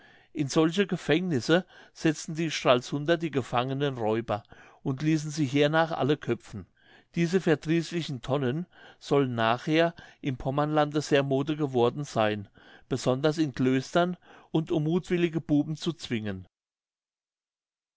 in solche gefängnisse setzten die stralsunder die gefangenen räuber und ließen sie hernach alle köpfen diese verdrießlichen tonnen sollen nachher im pommerlande sehr mode geworden seyn besonders in klöstern und um muthwillige buben zu zwingen